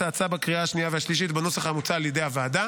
ההצעה בקריאה השנייה והשלישית בנוסח המוצע על ידי הוועדה.